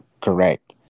correct